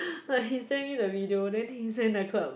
like he send me the video then he's in the club